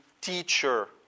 teacher